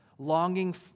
Longing